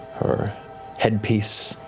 her headpiece,